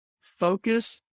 focus